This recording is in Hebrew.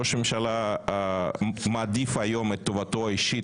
ראש הממשלה מעדיף היום את טובתו האישית,